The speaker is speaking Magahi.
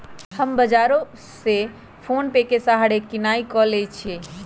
हम बजारो से फोनेपे के सहारे किनाई क लेईछियइ